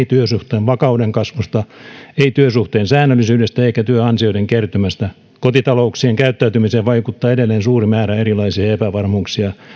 työsuhteen vakauden kasvusta eivät työsuhteen säännöllisyydestä eivätkä työansioiden kertymästä kotitalouksien käyttäytymiseen vaikuttaa edelleen suuri määrä erilaisia epävarmuuksia